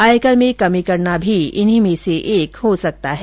आयकर में कमी करना भी इन्हीं में से एक हो सकता है